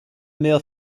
male